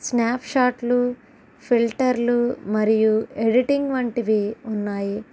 స్నాప్షాట్లు ఫిల్టర్లు మరియు ఎడిటింగ్ వంటివి ఉన్నాయి